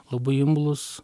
labai imlūs